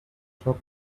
top